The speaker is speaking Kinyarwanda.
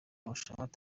marushanwa